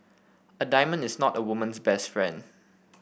a diamond is not a woman's best friend